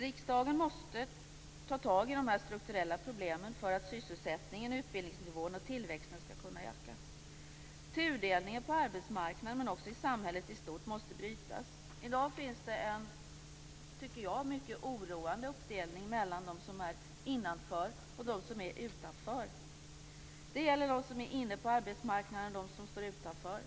Riksdagen måste ta tag i de strukturella problemen för att sysselsättningen, utbildningsnivån och tillväxten skall kunna öka. Tudelningen på arbetsmarknaden men också i samhället i stort måste brytas. I dag finns det en, tycker jag, mycket oroande uppdelning mellan dem som är innanför och de som är utanför. Det gäller dem som är inne på arbetsmarknaden och dem som står utanför.